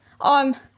on